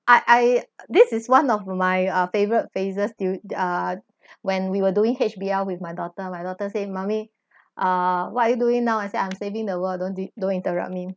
I I this is one of my uh favorite phrases durin~ uh when we were doing H_B_L_ with my daughter my daughter said mommy uh what are you doing now I said I'm saving the world don't don't interrupt me